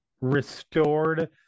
restored